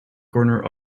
corner